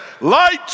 light